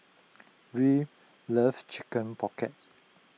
Ruth love Chicken Pocket